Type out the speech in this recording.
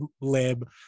lib